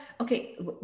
okay